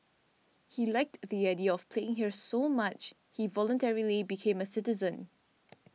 he liked the idea of playing here so much he voluntarily became a citizen